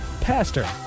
Pastor